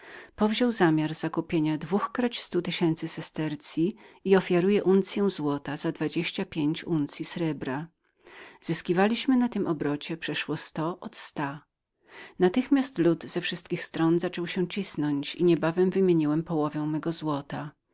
powziął zamiar zakupienia dwóchkroćstotysięcy uncyi srebra i ofiaruje uncyę złota za dwadzieścia pięć srebra zyskiwaliśmy na tym obrocie przeszło sto od sta natychmiast lud ze wszech stron zaczął się cisnąć i niebawem wymieniłem połowę mego złota